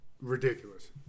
ridiculous